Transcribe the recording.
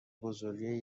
بزرگی